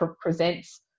presents